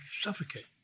suffocate